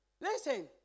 listen